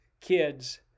kids